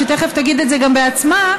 שתכף תגיד את זה גם בעצמה,